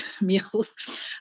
meals